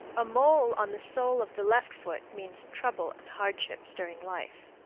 a mole on the sole of the left foot means trouble and hardships during life.